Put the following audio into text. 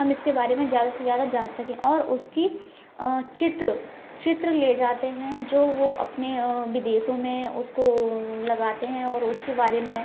हम इसके बारे में ज्यादा से ज्यादा जान सकें और उसकी अ चित्र चित्र ले जाते हैं जो वो अपने अ विदेशों में उसको लगातें हैं और उसके बारे में